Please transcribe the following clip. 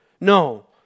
no